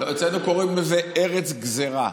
לא, אצלנו קוראים לזה "ארץ גזרה"